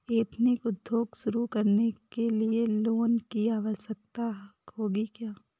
Ethnic उद्योग शुरू करने लिए लोन की आवश्यकता होगी क्या?